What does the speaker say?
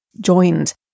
joined